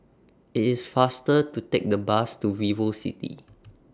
IT IS faster to Take The Bus to Vivo City